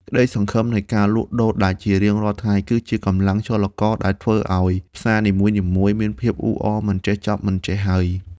ក្តីសង្ឃឹមនៃការលក់ដូរដាច់ជារៀងរាល់ថ្ងៃគឺជាកម្លាំងចលករដែលធ្វើឱ្យផ្សារនីមួយៗមានភាពអ៊ូអរមិនចេះចប់មិនចេះហើយ។